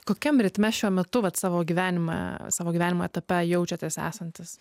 kokiam ritme šiuo metu vat savo gyvenime savo gyvenimo etape jaučiatės esantis